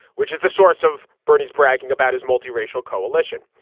which is the source of bernie's bragging about his multi-racial coalition?